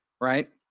Right